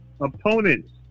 opponents